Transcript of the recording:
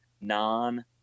non